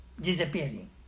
disappearing